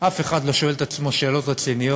אף אחד לא שואל את עצמו שאלות רציניות,